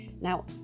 Now